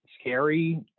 scary